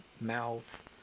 mouth